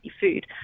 food